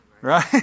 right